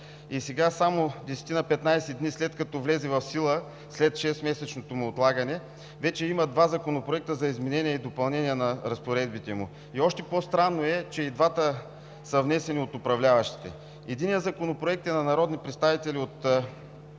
десетина-петнадесет дни, след като влезе в сила, след 6-месечното му отлагане, вече има два законопроекта за изменение и допълнение на разпоредбите му. Още по-странно е, че и двата са внесени от управляващите. Единият законопроект е на народни представители от